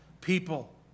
people